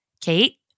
Kate